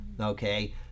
okay